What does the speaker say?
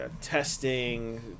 testing